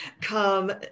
come